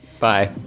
Bye